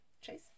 Chase